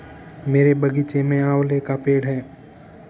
मेरे बगीचे में आंवले का पेड़ है